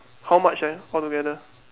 how much ah altogether